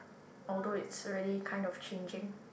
although it's already kind of changing